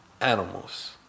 animals